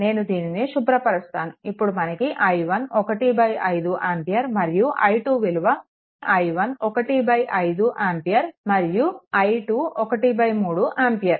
నేను దీనిని శుభ్రపరుస్తాను ఇప్పుడు మనకు i1 1 5 ఆంపియర్ మరియు i2 విలువ i1 1 5 ఆంపియర్ మరియు i2 13 ఆంపియర్